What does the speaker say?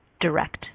direct